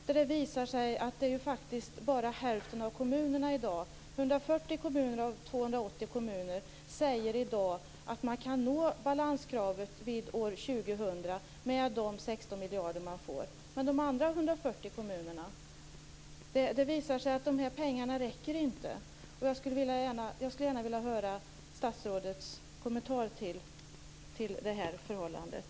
Där framgår det att hälften av kommunerna, 140 av 280, kan nå balanskravet vid år 2000 med hjälp av de 16 miljarderna. Men de andra 140 kommunerna? Det har visat sig att pengarna inte räcker. Jag skulle gärna vilja höra statsrådets kommentar till förhållandet.